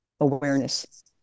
awareness